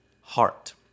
heart